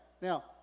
Now